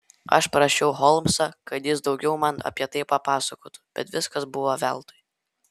aš prašiau holmsą kad jis daugiau man apie tai papasakotų bet viskas buvo veltui